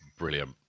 Brilliant